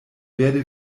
werde